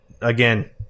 again